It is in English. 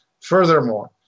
Furthermore